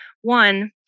one